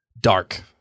dark